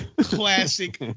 classic